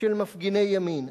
של מפגיני ימין,